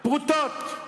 פרוטות.